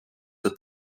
der